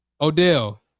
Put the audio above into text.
Odell